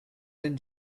than